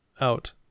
out